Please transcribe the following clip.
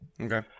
okay